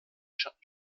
schatten